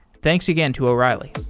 thanks again to o'reilly.